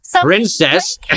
Princess